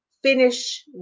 finish